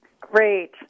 Great